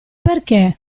perché